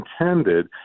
intended